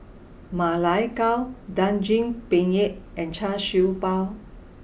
Ma Lai Gao Daging Penyet and Char Siew Bao